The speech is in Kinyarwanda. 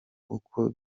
uko